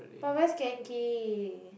but where's Genki